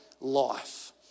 life